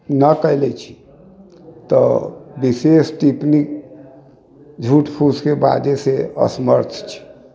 न कयले छी तऽ विशेष टिप्पणी झूठ फुसिके बाजयसँ असमर्थ छी